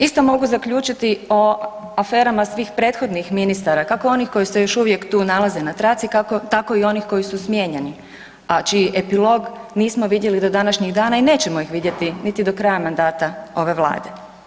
Isto mogu zaključiti o aferama svih prethodnih ministara, kako onih koji se još uvijek tu nalaze na traci, tako i onih koji su smijenjeni, a čiji epilog nismo vidjeli do današnjeg dana i nećemo ih vidjeti niti do kraja mandata ove vlade.